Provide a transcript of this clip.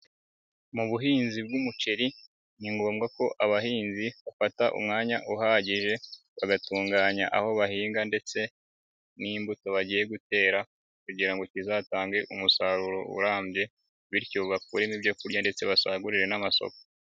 Mu buhinzi bw'umuceri ni ngombwa ko abahinzi bafata umwanya uhagije bagatunganya aho bahinga ndetse n'imbuto bagiye gutera kugira ngo zizatange umusaruro urambye bityo bakuremo ibyo kurya ndetse basagurire n'amasoko.